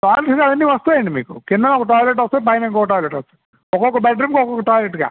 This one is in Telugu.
టాయిలెట్స్ అవన్నీ వస్తాయి అండి మీకు క్రిందన ఒక టాయ్లెట్ వస్తుంది పైన ఇంకో ఒక టాయ్లెట్ వస్తుంది ఒక్కొక్క బెడ్రూమ్కి ఒక్కొక్క టాయ్లెట్ ఇక